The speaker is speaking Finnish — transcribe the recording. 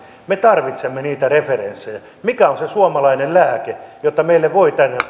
me tarvitsemme niitä referenssejä mikä on se suomalainen lääke jotta meille voi